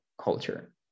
culture